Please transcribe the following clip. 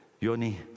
Yoni